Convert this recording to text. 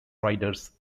riders